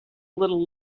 little